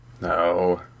No